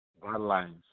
guidelines